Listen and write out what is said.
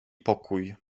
pokój